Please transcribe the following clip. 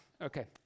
Okay